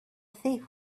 thief